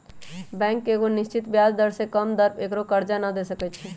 bank एगो निश्चित ब्याज दर से कम पर केकरो करजा न दे सकै छइ